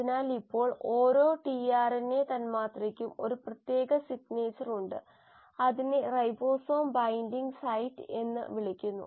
അതിനാൽ ഇപ്പോൾ ഓരോ ആർഎൻഎ തന്മാത്രയ്ക്കും ഒരു പ്രത്യേക സിഗ്നേച്ചർ ഉണ്ട് അതിനെ റൈബോസോം ബൈൻഡിംഗ് സൈറ്റ് എന്ന് വിളിക്കുന്നു